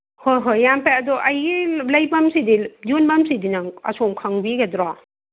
ꯍꯣꯏ ꯍꯣꯏ ꯌꯥꯝ ꯐꯩ ꯑꯗꯨ ꯑꯩꯒꯤ ꯂꯩꯐꯝꯁꯤꯗꯤ ꯌꯣꯟꯕꯝꯁꯤꯗꯤ ꯅꯪ ꯑꯁꯣꯝ ꯈꯪꯕꯤꯒꯗ꯭ꯔꯣ